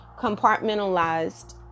compartmentalized